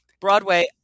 Broadway